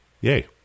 yay